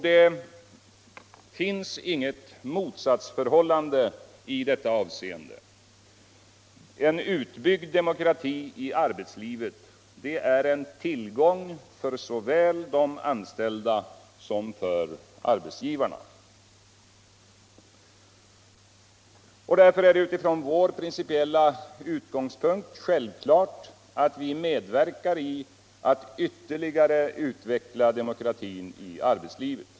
Det finns inget motsatsförhållande i detta avseende. En utbyggd demokrati i arbetslivet är en tillgång för såväl de anställda som för arbetsgivarna. Från vår principiella utgångspunkt är det därför självklart att vi medverkar till att ytterligare utveckla demokratin i arbetslivet.